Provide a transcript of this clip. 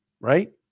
right